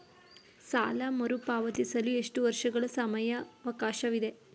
ಸಾಲ ಮರುಪಾವತಿಸಲು ಎಷ್ಟು ವರ್ಷಗಳ ಸಮಯಾವಕಾಶವಿದೆ?